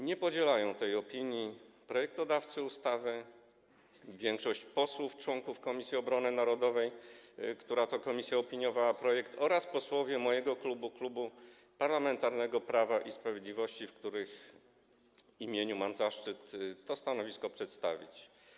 Nie podzielają tej opinii projektodawcy ustawy, większość posłów, członków Komisji Obrony Narodowej, która to komisja opiniowała projekt, ani posłowie mojego klubu, Klubu Parlamentarnego Prawo i Sprawiedliwość, w których imieniu mam zaszczyt to stanowisko przedstawić.